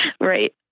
Right